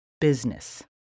business